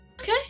Okay